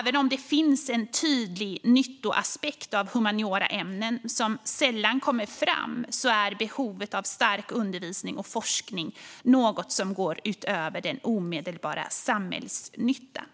Även om det finns en tydlig nyttoaspekt av humanioraämnen, som sällan kommer fram, är behovet av stark undervisning och forskning något som går utöver den omedelbara samhällsnyttan.